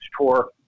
Tour